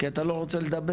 כי אתה לא רוצה לדבר?